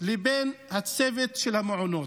לבין הצוות של המעונות.